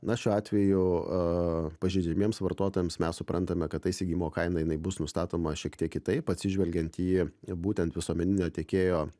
na šiuo atveju pažeidžiamiems vartotojams mes suprantame kad ta įsigijimo kaina jinai bus nustatoma šiek tiek kitaip atsižvelgiant į būtent visuomeninio tiekėjo